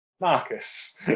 Marcus